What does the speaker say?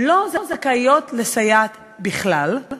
לא זכאיות לסייעת בכלל,